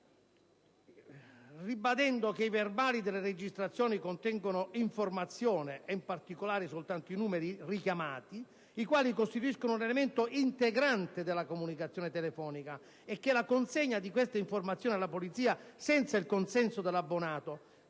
ribadendo che «i verbali delle registrazioni contengono informazioni, in particolare soltanto i numeri chiamati, i quali costituiscono un elemento integrante della comunicazione telefonica» e che la consegna di queste informazioni alla polizia, senza il consenso dell'abbonato,